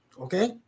Okay